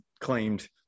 claimed –